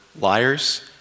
liars